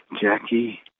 Jackie